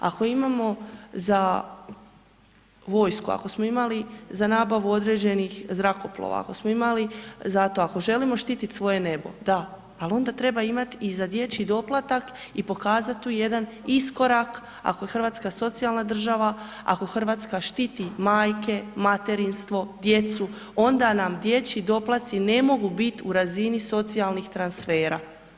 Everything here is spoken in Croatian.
Ako imamo za vojsku, ako smo imali za nabavu određenih zrakoplova, ako smo imali za to, ako želimo štitit svoje nebo, da al onda treba imat i za dječji doplatak i pokazat tu jedan iskorak ako je RH socijalna država, ako RH štiti majke, materinstvo, djecu, onda nam dječji doplatci ne mogu bit u razini socijalnih transfera.